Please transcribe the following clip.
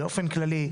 באופן כללי,